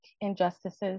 injustices